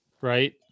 right